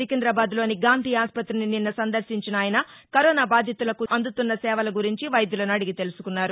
సికింద్రాబాద్లోని గాంధీ ఆస్పతిని నిన్న సందర్శించిన ఆయన కరోనా బాధితులకు అందుతున్న సేవల గురించి వైద్యులను అడిగి తెలుసుకున్నారు